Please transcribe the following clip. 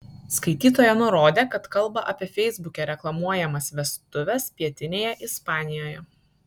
skaitytoja nurodė kad kalba apie feisbuke reklamuojamas vestuves pietinėje ispanijoje